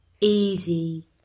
easy